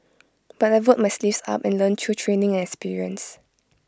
but I rolled my sleeves up and learnt through training and experience